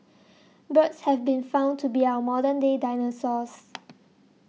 birds have been found to be our modern day dinosaurs